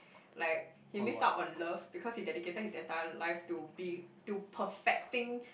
like he missed out on love because he dedicated his entire life to be~ to perfecting